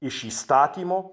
iš įstatymo